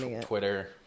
Twitter